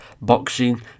boxing